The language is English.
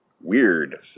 weird